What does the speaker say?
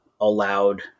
allowed